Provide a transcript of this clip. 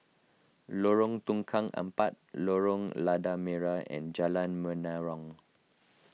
Lorong Tukang Empat Lorong Lada Merah and Jalan Menarong